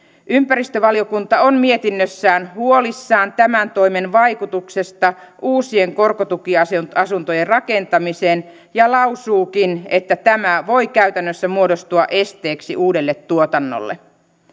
ympäristövaliokunta on mietinnössään huolissaan tämän toimen vaikutuksesta uusien korkotukiasuntojen rakentamiseen ja lausuukin että tämä voi käytännössä muodostua esteeksi uudelle tuotannolle